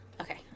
Okay